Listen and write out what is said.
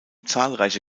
zahlreiche